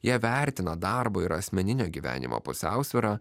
jie vertina darbo ir asmeninio gyvenimo pusiausvyrą